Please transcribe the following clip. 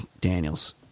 Daniels